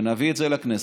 שנביא את זה לכנסת,